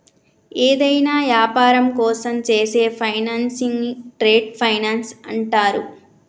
యేదైనా యాపారం కోసం చేసే ఫైనాన్సింగ్ను ట్రేడ్ ఫైనాన్స్ అంటరు